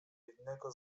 jednego